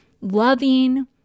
loving